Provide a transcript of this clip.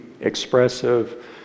expressive